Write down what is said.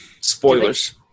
Spoilers